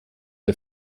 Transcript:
der